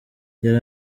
yari